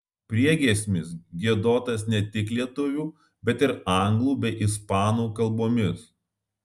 priegiesmis giedotas ne tik lietuvių bet ir anglų bei ispanų kalbomis